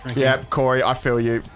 yep, cory, i feel yeah